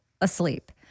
asleep